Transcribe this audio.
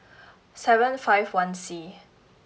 seven five one C